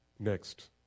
Next